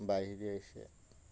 বাইরে এসে